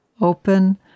open